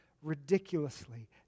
ridiculously